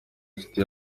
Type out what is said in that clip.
nshuti